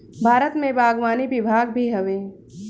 भारत में बागवानी विभाग भी हवे